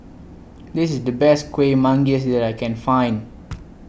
This IS The Best Kueh Manggis that I Can Find